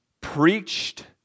preached